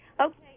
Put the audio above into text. Okay